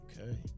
Okay